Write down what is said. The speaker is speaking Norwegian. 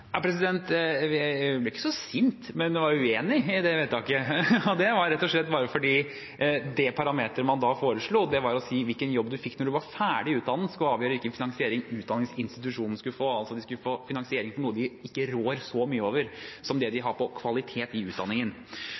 ikke så sint, men jeg var uenig i det vedtaket. Det var rett og slett bare fordi den parameteren man da foreslo, var å si at hvilken jobb man fikk når man var ferdig utdannet, skulle avgjøre hvilken finansiering utdanningsinstitusjonen skulle få. De skulle altså få finansiering for noe de ikke rår så mye over som det de gjør på kvalitet i utdanningen.